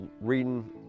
reading